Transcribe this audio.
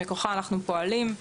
מכוחה אנחנו פועלים.